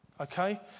Okay